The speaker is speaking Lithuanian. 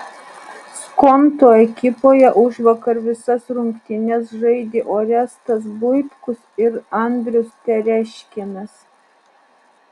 skonto ekipoje užvakar visas rungtynes žaidė orestas buitkus ir andrius tereškinas